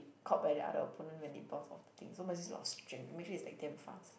caught by the other opponent when it bounce off the thing so must use a lot of strength imagine its like damn fast